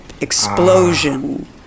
explosion